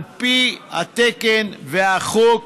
על פי התקן והחוק